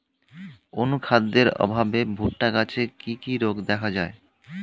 অনুখাদ্যের অভাবে ভুট্টা গাছে কি কি রোগ দেখা যায়?